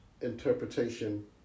Interpretation